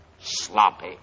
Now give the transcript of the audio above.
sloppy